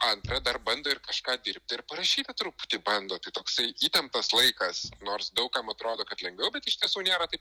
antrą dar bando ir kažką dirbti ir parašyti truputį bando tai toksai įtemptas laikas nors daug kam atrodo kad lengviau bet iš tiesų nėra taip